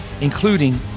including